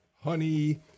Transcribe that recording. honey